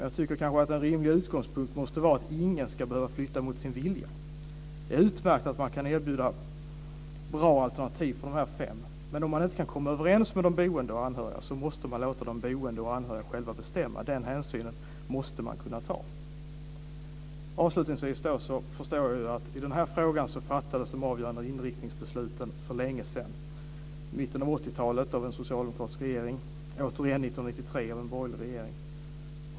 Jag tycker kanske att en rimlig utgångspunkt måste vara att ingen ska behöva flytta mot sin vilja. Det är utmärkt att man kan erbjuda bra alternativ för de här fem, men om man inte kan komma överens med de boende och deras anhöriga, måste man låta de boende och de anhöriga bestämma. Den hänsynen måste man kunna ta. Avslutningsvis vill jag säga att jag ju förstår att de avgörande inriktningsbesluten i den här frågan fattades för länge sedan - i mitten av 80-talet av en socialdemokratisk regering, återigen 1993 av en borgerlig regering.